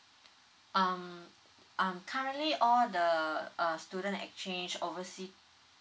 um um currently all the uh student exchange oversea